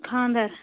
خاندَر